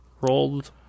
rolled